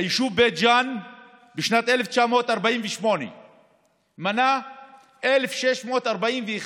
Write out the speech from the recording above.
היישוב בית ג'ן בשנת 1948 מנה 1,641 תושבים.